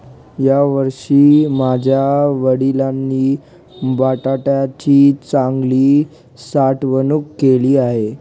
यावर्षी माझ्या वडिलांनी बटाट्याची चांगली साठवणूक केली आहे